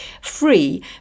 free